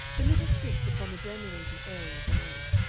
the little streaks upon the germinating area of an egg,